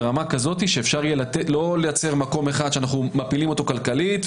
לא לייצר מקום אחד שאנחנו מפילים אותו כלכלית,